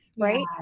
right